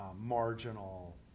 marginal